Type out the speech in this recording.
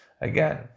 again